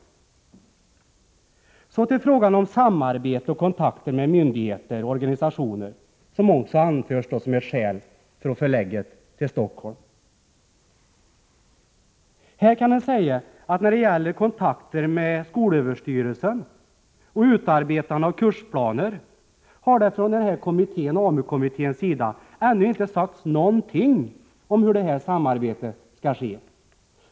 Så till frågan om samarbete och kontakter med myndigheter och organisationer, något som också anförts som ett skäl för förläggning till Stockholm. När det gäller kontakter med skolöverstyrelsen och utarbetande av kursplaner har AMU-kommittén ännu inte sagt någonting om hur detta samarbete skall ske.